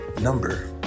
number